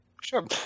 sure